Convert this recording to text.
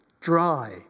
dry